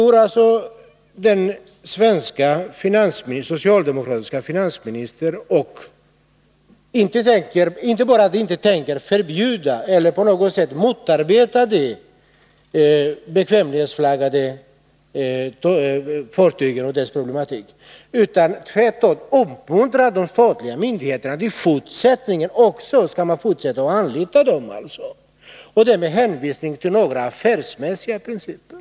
Nu tänker den svenske socialdemokratiske finansministern inte förbjuda eller på något sätt motarbeta de bekvämlighetsflaggade fartygen och problemen kring dessa, utan han tänker tvärtom uppmuntra de statliga myndigheterna att också i fortsättningen anlita dessa fartyg — och detta med hänvisning till affärsmässiga principer.